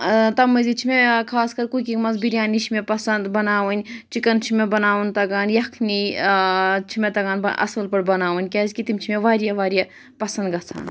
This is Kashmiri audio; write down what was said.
تَمہِ مٔزیٖد چھِ مےٚ خاص کر کُکِنٛگ منٛز بِریانی چھِ مےٚ پسَنٛد بناوٕنۍ چِکَن چھُ مےٚ بَناوُن تگان یَکھنی چھِ مےٚ تگان اَصٕل پٲٹھۍ بَناوٕنۍ کیٛازِکہِ تِم چھِ مےٚ واریاہ واریاہ پَسنٛد گژھان